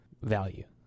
value